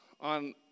on